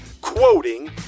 quoting